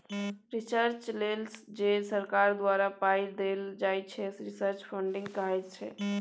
research लेल जे सरकार द्वारा पाइ देल जाइ छै रिसर्च फंडिंग कहाइ छै